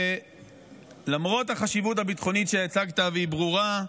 למרות החשיבות הביטחונית שהצגת, והיא ברורה,